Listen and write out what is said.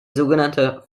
sogenannte